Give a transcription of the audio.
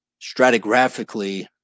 Stratigraphically